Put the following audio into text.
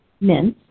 minced